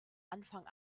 anfang